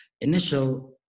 initial